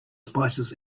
spices